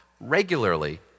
regularly